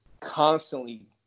constantly